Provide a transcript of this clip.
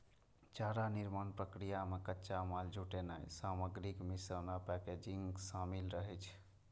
चारा निर्माण प्रक्रिया मे कच्चा माल जुटेनाय, सामग्रीक मिश्रण आ पैकेजिंग शामिल रहै छै